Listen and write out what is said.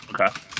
Okay